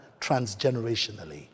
transgenerationally